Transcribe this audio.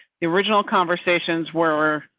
the original conversations were.